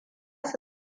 su